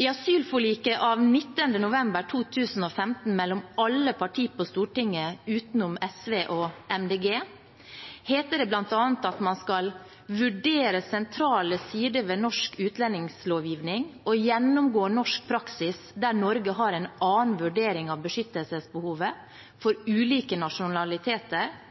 I asylforliket av 19. november 2015 mellom alle partier på Stortinget, utenom SV og MDG, heter det bl.a. at man skal: «Vurdere sentrale sider ved norsk utlendingslovgivning og gjennomgå norsk praksis der Norge har en annen vurdering av beskyttelsesbehovet for ulike nasjonaliteter